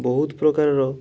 ବହୁତ ପ୍ରକାରର